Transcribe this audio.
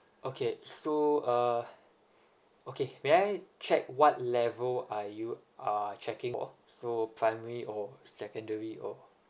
okay so uh okay may I check what level are you uh checking of so primary or secondary or